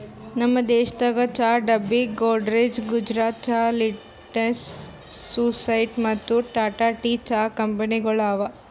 ನಮ್ ದೇಶದಾಗ್ ಚಹಾ ಡಬ್ಬಿ, ಗೋದ್ರೇಜ್, ಗುಜರಾತ್ ಚಹಾ, ಲಿಂಟೆಕ್ಸ್, ಸೊಸೈಟಿ ಮತ್ತ ಟಾಟಾ ಟೀ ಚಹಾ ಕಂಪನಿಗೊಳ್ ಅವಾ